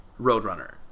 Roadrunner